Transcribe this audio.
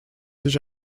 sich